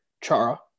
Chara